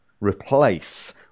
Replace